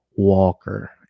walker